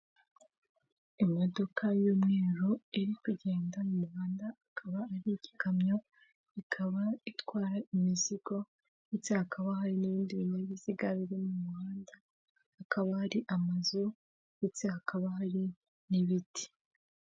Imodoka y'umweru iri kugenda mu muhanda akaba ari igikamyo, ikaba itwara imizigo ndetse hakaba hari n'ibindi binyabiziga biri mu muhanda, hakaba hari amazu ndetse hakaba hari n'ibiti.